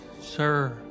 sir